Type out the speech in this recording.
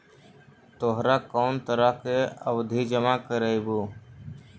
तोहरा कौन तरह के आवधि जमा करवइबू